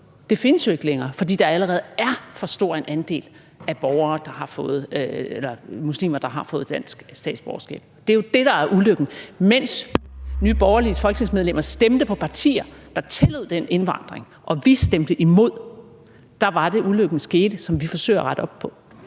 det findes ikke længere, fordi der allerede er for stor en andel af muslimer, der har fået dansk statsborgerskab. Det er jo det, der er ulykken. Mens Nye Borgerliges folketingsmedlemmer stemte på partier, der tillod den indvandring, og vi stemte imod, så var det, at ulykken skete, som vi forsøger at rette op på.